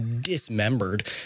dismembered